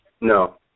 No